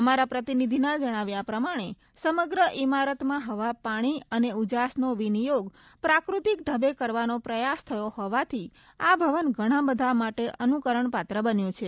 અમારા પ્રતિનિધિના જજ્ઞાવ્યા પ્રમાણે સમગ્ર ઇમારતમાં હવા પાણી અને ઉજાસનો વિનિયોગ પ્રાકૃતિક ઢબે કરવાનો પ્રયાસ થયો હોવાથી આ ભવન ઘણા બધા માટે અનુકરણપાત્ર બન્યું છે